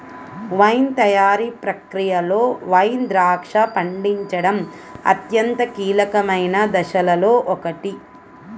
wine తయారీ ప్రక్రియలో wine ద్రాక్ష పండించడం అత్యంత కీలకమైన దశలలో ఒకటి